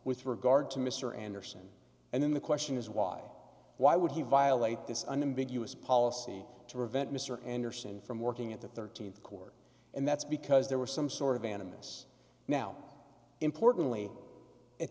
with regard to mr anderson and then the question is why why would he violate this unambiguous policy to revet mr anderson from working at the thirteenth court and that's because there was some sort of animists now importan